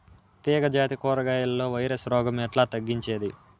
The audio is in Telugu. తీగ జాతి కూరగాయల్లో వైరస్ రోగం ఎట్లా తగ్గించేది?